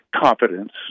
confidence